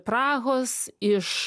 prahos iš